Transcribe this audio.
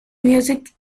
music